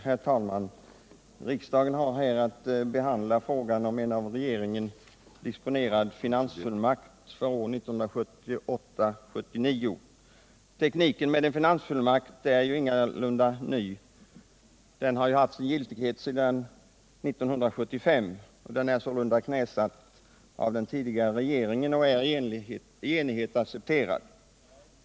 Herr talman! Riksdagen har här att behandla frågan om en av regeringen disponerad finansfullmakt för budgetåret 1978/79. Tekniken med en finansfullmakt är ju ingalunda ny. Den har haft sin giltighet sedan 1975. Den är sålunda knäsatt av den tidigare regeringen och i enighet accepterad.